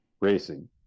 racing